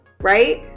right